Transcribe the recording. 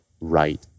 right